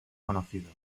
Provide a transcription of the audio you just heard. conocido